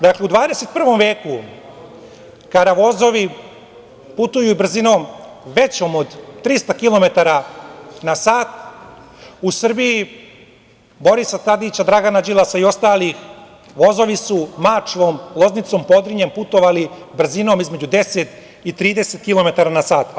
Dakle, u 21. veku kada vozovi putuju i brzinom većom od 300 kilometara na sat, u Srbiji Borisa Tadića, Dragana Đilasa i ostalih vozovi su Mačvom, Loznicom, Podrinjem putovali brzinom između 10 i 30 kilometara na sat.